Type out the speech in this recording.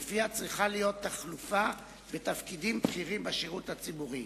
שלפיה צריכה להיות תחלופה בתפקידים בכירים בשירות הציבורי.